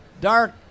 Dark